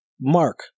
Mark